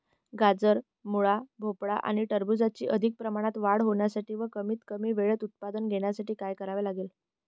गाजर, मुळा, भोपळा आणि टरबूजाची अधिक प्रमाणात वाढ होण्यासाठी व कमीत कमी वेळेत उत्पादन घेण्यासाठी काय करावे लागेल?